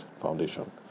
foundation